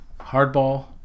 Hardball